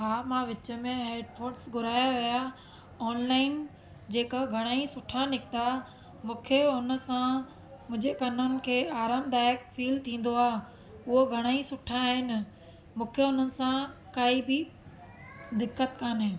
हा मां विच में हैड पोटस घुराया हुया ऑनलाइन जेका घणा ई सुठा निकिता मूंखे हुन सां मुंहिंजे कननि खे आरामदायक फील थींदो आहे उहो घणा ई सुठा आहिनि मूंखे हुननि सां काई बि दिक़तु कोन्हे